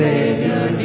Savior